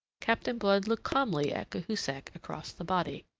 captain blood looked calmly at cahusac across the body.